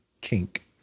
kink